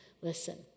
Listen